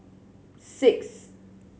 six